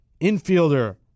infielder